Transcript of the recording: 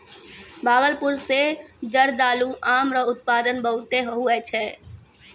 भागलपुर मे जरदालू आम रो उत्पादन बहुते हुवै छै